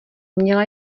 měla